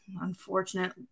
unfortunate